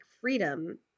freedom